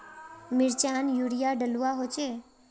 मिर्चान यूरिया डलुआ होचे?